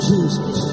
Jesus